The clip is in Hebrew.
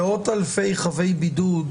מאות-אלפי חבי בידוד,